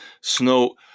snow